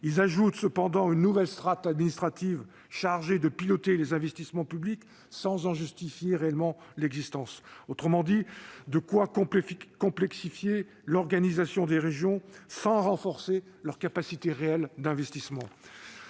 Ils ajoutent une nouvelle strate administrative chargée de piloter les investissements publics sans justifier réellement son existence. Autrement dit, ils complexifient l'organisation des régions sans renforcer leur capacité réelle d'investissement.